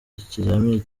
ikizamini